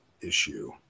issue